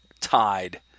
tied